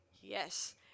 Yes